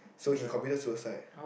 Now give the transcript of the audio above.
so he committed suicide